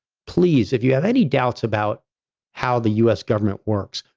please if you have any doubts about how the us government works,